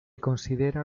considera